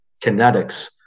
kinetics